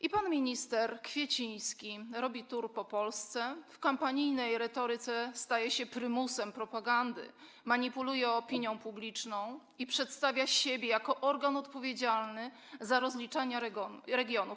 I pan minister Kwieciński robi tour po Polsce, w kampanijnej retoryce staje się prymusem propagandy, manipuluje opinią publiczną i przedstawia siebie jako organ odpowiedzialny za rozliczanie regionów.